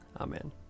Amen